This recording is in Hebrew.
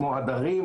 כמו הדרים,